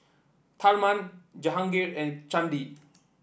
Tharman Jehangirr and Chandi